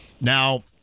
Now